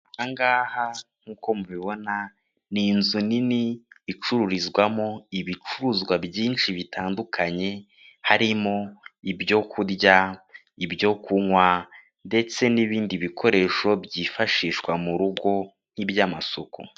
Aha ngaha nk'uko mubibona, ni inzu nini icururizwamo ibicuruzwa byinshi bitandukanye, harimo ibyo kurya, ibyo kunywa ndetse n'ibindi bikoresho byifashishwa mu rugo, nk'iby'amasuku.